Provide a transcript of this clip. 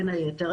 בין היתר.